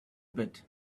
bit